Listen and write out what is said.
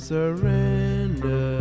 Surrender